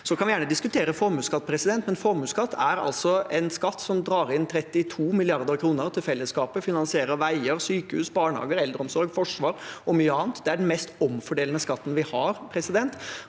Vi kan gjerne diskutere formuesskatt, men formuesskatt er altså en skatt som drar inn 32 mrd. kr til fellesskapet. Den finansierer veier, sykehus, barnehager, eldreomsorg, forsvar og mye annet. Det er den mest omfordelende skatten vi har, og for en